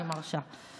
אני מרשה.